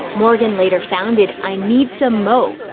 morgan later founded i need some mo,